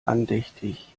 andächtig